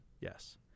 yes